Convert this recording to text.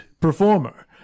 performer